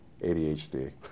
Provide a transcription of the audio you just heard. ADHD